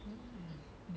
mm